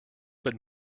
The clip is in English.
but